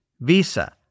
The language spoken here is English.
Visa